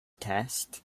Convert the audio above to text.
test